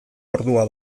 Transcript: ordua